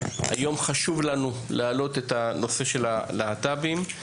חשוב לנו להעלות את הנושא של הלהט"בים.